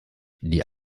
die